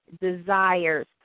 desires